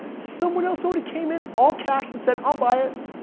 someone else already came in all cash and said, i'll buy it.